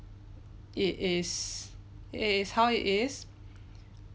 it is it is how it is